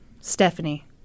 Stephanie